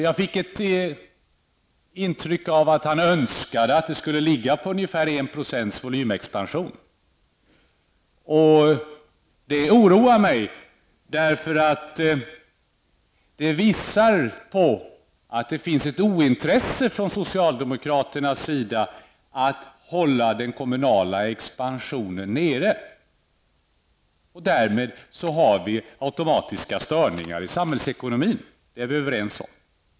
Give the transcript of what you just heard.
Jag fick intryck av att Arne Andersson önskade att volymexpansionen skulle uppgå till ungefär 1 %. Detta oroar mig, eftersom det visar att det bland socialdemokraterna finns ett ointresse för att hålla den kommunala expansionen nere. Därmed uppstår automatiska störningar i samhällsekonomin. Det är vi överens om.